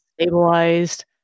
stabilized